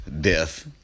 death